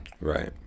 Right